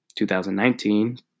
2019